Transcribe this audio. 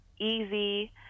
easy